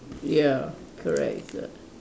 ya correct it's a